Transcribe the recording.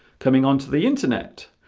coming onto the internet